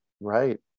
Right